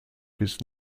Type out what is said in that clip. bis